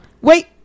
wait